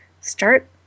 Start